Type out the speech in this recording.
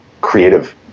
creative